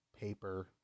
paper